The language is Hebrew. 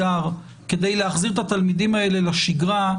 כדי להחזיר את התלמידים האלה לשגרה,